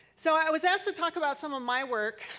so i was asked to talk about some of my work.